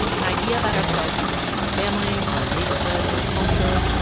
an idea about ourselves we get from our family or our neighborhood or our culture.